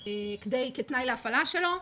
כתנאי להפעלה שלו.